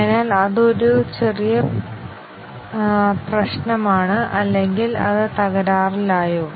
അതിനാൽ അത് ഒരു ചെറിയ പ്രശ്നമാണ് അല്ലെങ്കിൽ അത് തകരാറിലായോ